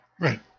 Right